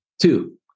Two